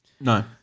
No